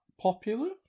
popular